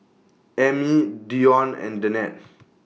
Ammie Dione and Danette